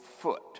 foot